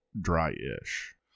dry-ish